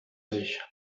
sich